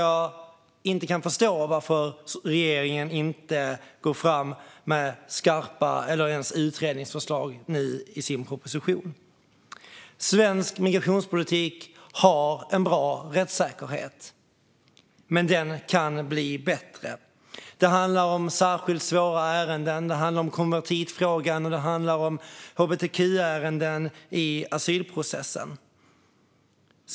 Jag kan inte förstå varför regeringen inte går fram med skarpa förslag eller ens utredningsförslag i sin proposition när det gäller den. Svensk migrationspolitik har en bra rättssäkerhet, men den kan bli bättre. Det handlar om särskilt svåra ärenden, det handlar om konvertitfrågan och det handlar om hbtq-ärenden i asylprocessen.